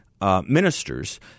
ministers